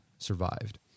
Survived